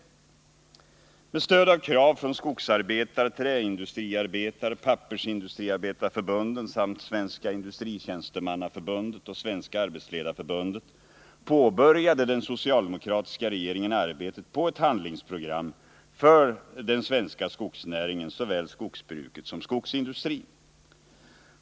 4 Med stöd av krav från Skogsarbetar-, Träindustriarbetaroch Pappersindustriarbetarförbunden samt Svenska Industritjänstemannaförbundet och Svenska Arbetsledarförbundet påbörjade den socialdemokratiska regeringen arbetet på ett handlingsprogram för den svenska skogsnäringen, såväl skogsbruket som skogsindustrin.